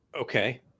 Okay